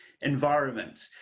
environment